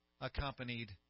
accompanied